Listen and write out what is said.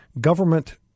government –